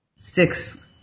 Six